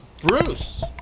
Bruce